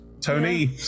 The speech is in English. Tony